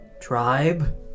Tribe